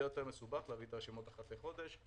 זה יהיה יותר מסובך להביא את הרשימות אחת לחודש,